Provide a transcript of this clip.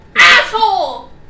Asshole